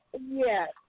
Yes